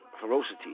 Ferocity